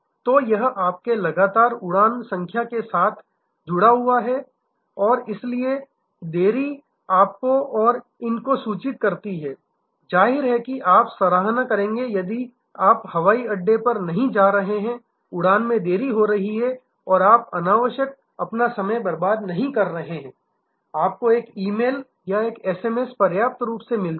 तो यह आपके लगातार उड़ान संख्या के साथ जुड़ा हुआ है और इसलिए देरी आपको और इन को सूचित करती है जाहिर है कि आप सराहना करेंगे यदि आप हवाई अड्डे पर नहीं जा रहे हैं उड़ान में देरी हो रही है और आप अनावश्यक अपना समय बर्बाद नहीं कर रहे हैं आपको एक ई मेल या एक एसएमएस पर्याप्त रूप से मिलता है